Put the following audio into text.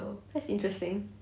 that's interesting